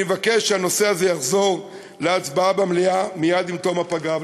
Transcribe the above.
אני מבקש שהנושא יחזור להצבעה במליאה מייד עם תום הפגרה.